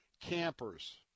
campers